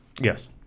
yes